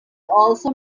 also